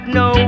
no